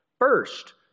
First